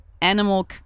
animal